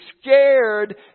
scared